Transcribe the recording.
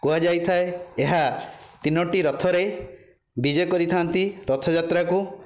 କୁହାଯାଇଥାଏ ଏହା ତିନୋଟି ରଥରେ ବିଜେ କରିଥାନ୍ତି ରଥଯାତ୍ରାକୁ